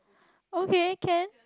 okay can